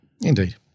Indeed